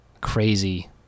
crazy